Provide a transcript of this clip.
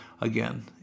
again